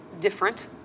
different